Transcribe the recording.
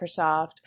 Microsoft